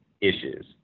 issues